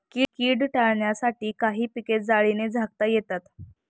कीड टाळण्यासाठी काही पिके जाळीने झाकता येतात